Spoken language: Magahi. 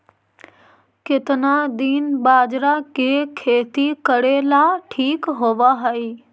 केतना दिन बाजरा के खेती करेला ठिक होवहइ?